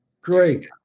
Great